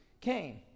came